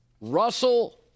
Russell